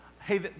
hey